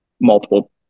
multiple